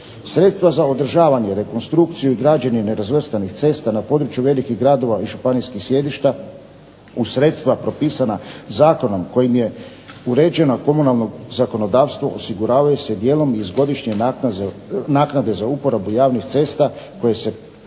Sredstva za održavanje, rekonstrukciju i građenje nerazvrstanih cesta na području velikih gradova i županijskih središta uz sredstva propisana zakonom kojim je uređeno komunalno zakonodavstvo osiguravaju se dijelom iz godišnje naknade za uporabu javnih cesta koje se plaća